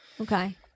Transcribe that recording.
Okay